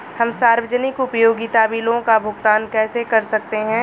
हम सार्वजनिक उपयोगिता बिलों का भुगतान कैसे कर सकते हैं?